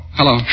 hello